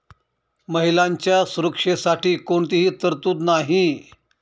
महिलांच्या सुरक्षेसाठी कोणतीही तरतूद नाही